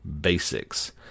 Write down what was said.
basics